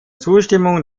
zustimmung